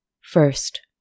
First